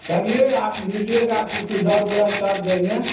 चलिए आप लीजिएगा कुछ इधर उधर कर देंगे